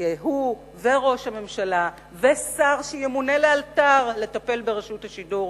והוא וראש הממשלה ושר שימונה לאלתר לטפל ברשות השידור,